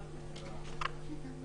הצבעה בעד מיעוט נגד רוב לא אושר.